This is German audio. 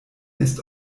ist